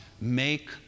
make